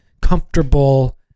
comfortable